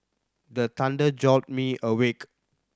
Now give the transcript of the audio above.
the thunder jolt me awake